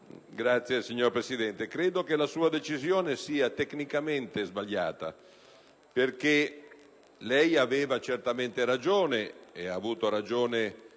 *(PD)*. Signor Presidente, credo che la sua decisione sia tecnicamente sbagliata. Lei aveva certamente ragione - ed ha avuto ragione